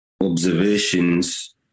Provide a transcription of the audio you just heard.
observations